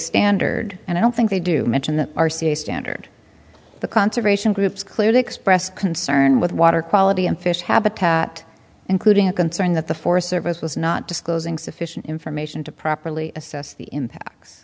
standard and i don't think they do mention the r c a standard the conservation groups clearly expressed concern with water quality and fish habitat including a concern that the forest service was not disclosing sufficient information to properly assess the impacts